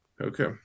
okay